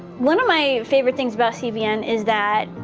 one of my favorite things about cbn is that,